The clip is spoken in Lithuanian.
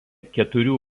keturių